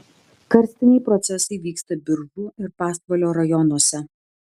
karstiniai procesai vyksta biržų ir pasvalio rajonuose